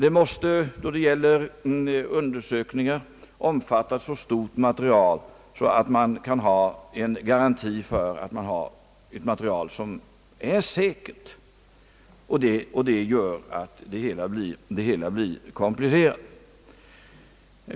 Det måste när det gäller undersökningar omfatta ett så stort material, att det finns garanti för att vi får ett material som är säkert. Detta gör att det hela blir komplicerat.